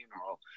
funeral